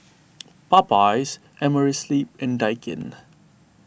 Popeyes Amerisleep and Daikin